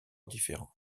différent